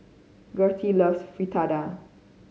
Gertie loves Fritada